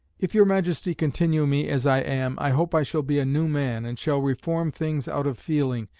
if your majesty continue me as i am, i hope i shall be a new man, and shall reform things out of feeling,